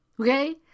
okay